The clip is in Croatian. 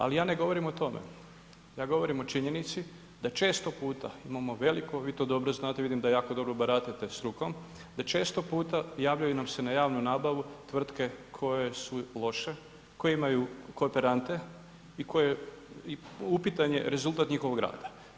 Ali ja ne govorim o tome, ja govorim o činjenici da često puta imamo veliko, vi to dobro znate, vidim da jako dobro baratate strukom jer često puta javljaju nam se na javnu nabavu tvrtke koje su loše, koje imaju kooperante i upitan je rezultat njihovog rada.